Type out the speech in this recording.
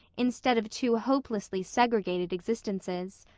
instead of two hopelessly segregated existences.